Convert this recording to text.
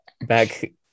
back